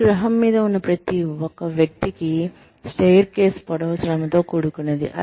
ఈ గ్రహం మీద ఉన్న ప్రతి ఒక్క వ్యక్తికి స్టైర్ కేస్ పొడవు శ్రమతో కూడుకున్నది